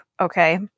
okay